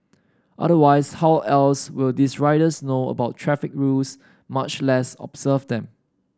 otherwise how else will these riders know about traffic rules much less observe them